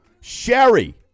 Sherry